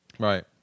Right